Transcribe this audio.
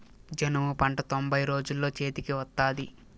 జనుము పంట తొంభై రోజుల్లో చేతికి వత్తాది